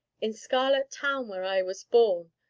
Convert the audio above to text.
in scarlet town, where i was born,